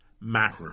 matter